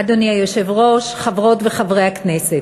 אדוני היושב-ראש, חברות וחברי הכנסת,